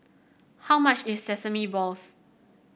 how much is Sesame Balls